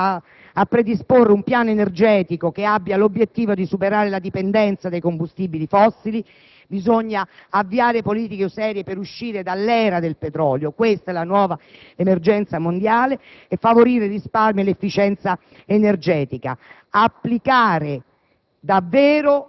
debbano, essere attenzionati. Bisogna predisporre, un piano energetico che abbia l'obiettivo di superare la dipendenza dai combustibili fossili; avviare politiche serie per uscire dall'era del petrolio - questa è la nuova emergenza mondiale - e favorire il risparmio e l'efficienza energetica.